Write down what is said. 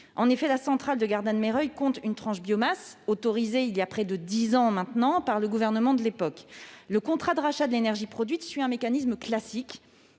En effet, la centrale de Gardanne-Meyreuil compte une tranche biomasse, autorisée il y a près de dix ans maintenant, par le gouvernement de l'époque. Le contrat de rachat de l'énergie produite suit un mécanisme classique,